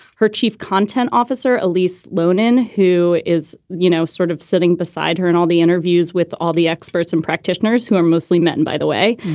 her chief content officer, elise lunine, who is, you know, sort of sitting beside her in all the interviews with all the experts and practitioners who are mostly men, by the way,